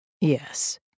Yes